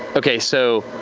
okay, so